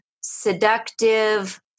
seductive